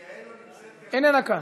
יעל לא נמצאת כאן,